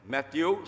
Matthew